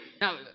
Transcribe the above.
Now